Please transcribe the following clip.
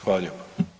Hvala lijepo.